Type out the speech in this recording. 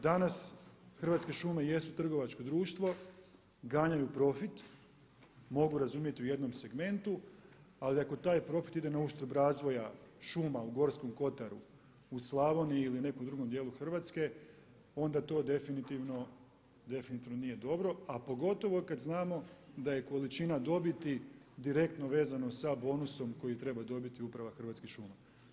Danas Hrvatske šume jesu trgovačko društvo, ganjaju profit, mogu razumjeti u jednom segmentu ali ako taj profit ide na uštrb razvoja šuma u Gorskom kotaru, u Slavoniji ili nekom drugom dijelu Hrvatske onda to definitivno nije dobro a pogotovo kada znamo da je količina dobiti direktno vezano sa bonusom koji treba dobiti uprava Hrvatskih šuma.